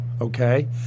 Okay